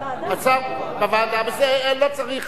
ועדה, בוועדה, בסדר, לא צריך,